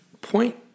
Point